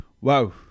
wow